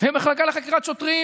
והמחלקה לחקירת שוטרים